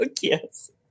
yes